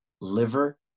liver